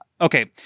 okay